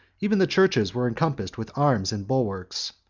even the churches were encompassed with arms and bulwarks,